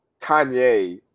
Kanye